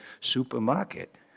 supermarket